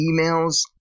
emails